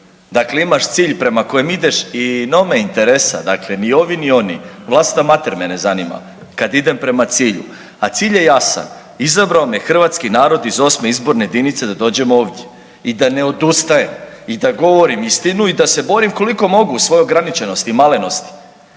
Dakle, imaš cilj prema kojem ideš i no me interesa, dakle ni ovi ni oni, vlastita mater me ne zanima kad idem prema cilju. A cilj je jasan, izabrao me hrvatski narod iz 8. izborne jedinice da dođem ovdje i da ne odustajem i da govorim istinu i da se borim koliko mogu u svojoj ograničenosti i malenosti,